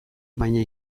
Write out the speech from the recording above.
baina